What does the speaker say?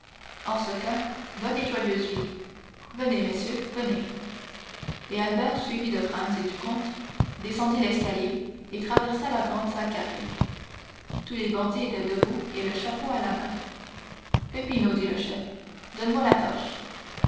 en ce cas bonne et joyeuse vie venez messieurs venez et albert suivi de franz et du comte descendit l'escalier et traversa la grande salle carrée tous les bandits étaient debout et le chapeau à la main peppino dit le chef donne-moi la torche